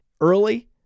early